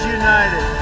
united